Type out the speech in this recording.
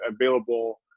available